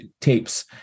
tapes